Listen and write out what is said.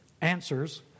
answers